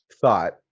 thought